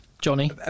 Johnny